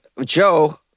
Joe